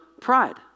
pride